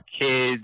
kids